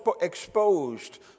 exposed